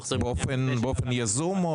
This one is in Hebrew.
באופן יזום?